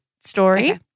story